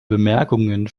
bemerkungen